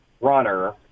runner